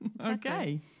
Okay